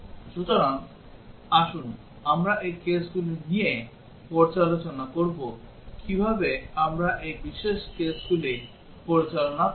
সুতরাং আসুন আমরা এই কেসগুলি নিয়ে আলোচনা করব কীভাবে আমরা এই বিশেষ কেসগুলি পরিচালনা করব